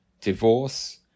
divorce